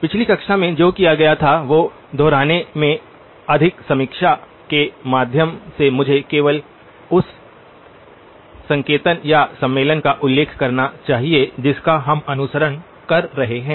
पिछली कक्षा में जो किया गया था उसे दोहराने से अधिक समीक्षा के माध्यम से मुझे केवल उस संकेतन या सम्मेलन का उल्लेख करना चाहिए जिसका हम अनुसरण कर रहे हैं